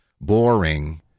Boring